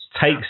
takes